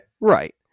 Right